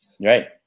Right